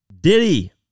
Diddy